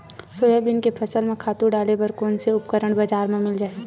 Soybean के फसल म खातु डाले बर कोन से उपकरण बजार म मिल जाहि?